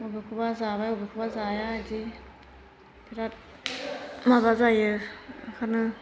बबेखौबा जाबाय बबेखौबा जाया बेदि बिराद माबा जायो ओंखायनो